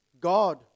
God